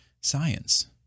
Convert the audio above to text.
science